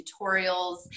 tutorials